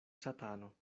satano